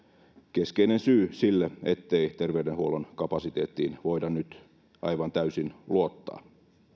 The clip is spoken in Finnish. keskeinen syy sille ettei terveydenhuollon kapasiteettiin voida nyt aivan täysin luottaa